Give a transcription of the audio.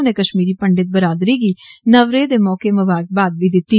उनें कष्मीरी पंडित बरादरी गी नवरेह दे मौके ममारक्खबाद दित्ती